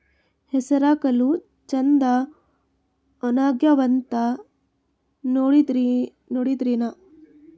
ಹೆಸರಕಾಳು ಛಂದ ಒಣಗ್ಯಾವಂತ ನೋಡಿದ್ರೆನ?